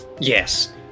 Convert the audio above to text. Yes